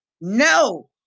No